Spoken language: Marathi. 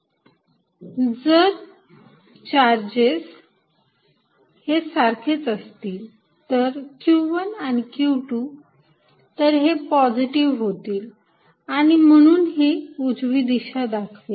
F1 140q1q2r122r21 जर चार्जेस हे सारखेच असतील तर q१ आणि q२ तर हे पॉझिटिव्ह होतील आणि म्हणून हे उजवी दिशा दाखवेल